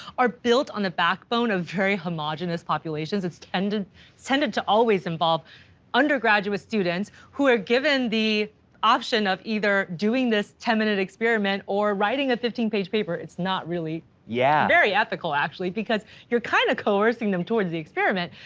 are built on the backbone of very homogenous populations, it's tended tended to always involve undergraduate students who are given the option of either doing this ten minute experiment or writing a fifteen page paper. it's not really yeah very ethical, actually. because you're kind of coercing them towards the experiment.